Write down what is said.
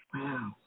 Wow